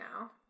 now